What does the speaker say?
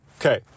Okay